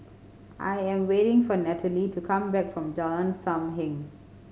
I am waiting for Natalie to come back from Jalan Sam Heng